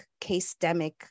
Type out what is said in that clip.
case-demic